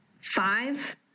five